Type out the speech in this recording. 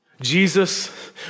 Jesus